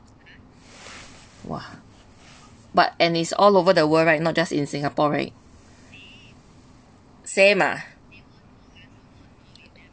!wah! but and it's all over the world right not just in singapore right same ah